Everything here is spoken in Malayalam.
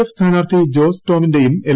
എഫ് സ്ഥാനാർത്ഥി ജോസ് ടോമിന്റെയും എൽ